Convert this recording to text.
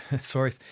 sorry